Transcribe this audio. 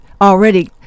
already